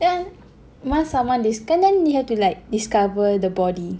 then once someone dis~ kan dia have to like discover the body